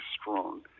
strong